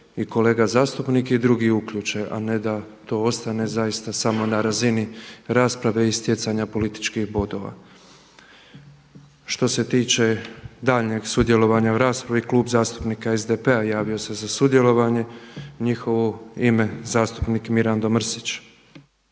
i kolega zastupnik i drugi uključe a ne da to ostane zaista samo na razini rasprave i stjecanja političkih bodova. Što se tiče daljnjeg sudjelovanja u raspravi Klub zastupnika SDP-a javio se za sudjelovanje. U njihovo ime zastupnik Mirando Mrsić.